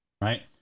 Right